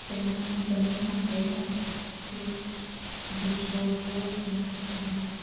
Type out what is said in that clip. પહેલાના સમયમાં કહેતા કે વૃક્ષો વાવો વરસાદ લાવો